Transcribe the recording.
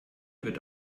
wird